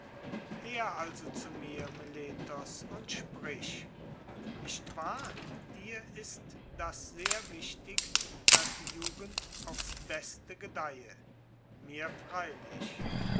her also zu mir meletos und sprich nicht wahr dir ist das sehr wichtig daß die jugend aufs beste gedeihe mir freilich